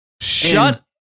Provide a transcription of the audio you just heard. Shut